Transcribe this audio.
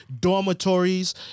dormitories